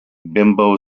bimbo